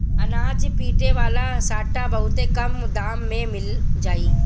अनाज पीटे वाला सांटा बहुत कम दाम में मिल जाई